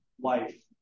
life